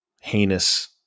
heinous